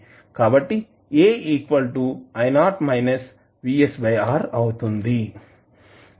అవుతుంది